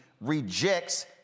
rejects